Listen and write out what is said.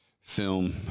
film